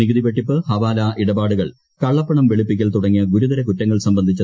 നികുതി വെട്ടിപ്പ് ഹവാലാ ഇടപ്പാട്ടുക്ട്ർ കള്ളപ്പണം വെളുപ്പിക്കൽ തുടങ്ങിയ ഗുരുതര കുറ്റങ്ങൾ സംബന്ധിച്ചു